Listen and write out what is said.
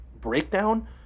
breakdown